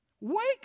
wake